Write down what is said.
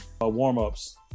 warm-ups